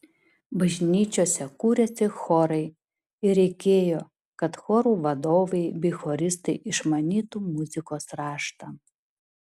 bažnyčiose kūrėsi chorai ir reikėjo kad chorų vadovai bei choristai išmanytų muzikos raštą